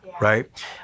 right